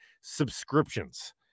subscriptions